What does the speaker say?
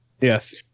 Yes